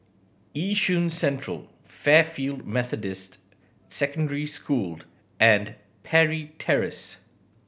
Yishun Central Fairfield Methodist Secondary School and Parry Terrace